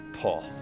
Paul